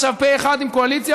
עכשיו פה אחד עם קואליציה,